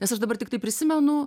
nes aš dabar tiktai prisimenu